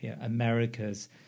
America's